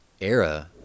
era